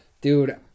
dude